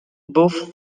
both